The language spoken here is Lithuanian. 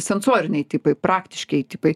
sensoriniai tipai praktiškieji tipai